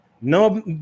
No